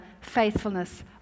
faithfulness